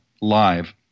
live